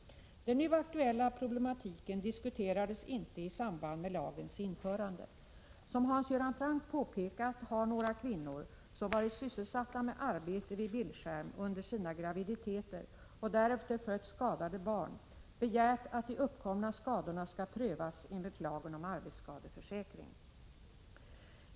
Den nu aktuella problematiken diskuterades inte i samband med lagens införande. Som Hans Göran Franck påpekat har några kvinnor — som varit sysselsatta med arbete vid bildskärm under sina graviditeter och därefter fött skadade barn — begärt att de uppkomna skadorna skall prövas enligt lagen om arbetsskadeförsäkring.